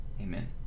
amen